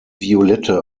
violette